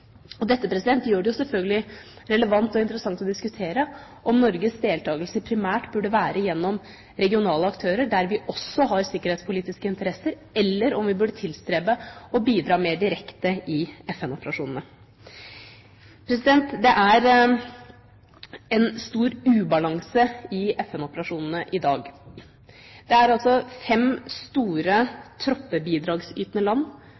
Dette gjør det selvfølgelig relevant og interessant å diskutere om Norges deltakelse primært burde være gjennom regionale aktører der vi også har sikkerhetspolitiske interesser, eller om vi burde tilstrebe å bidra mer direkte i FN-operasjonene. Det er en stor ubalanse i FN-operasjonene i dag. Det er fem store troppebidragsytende land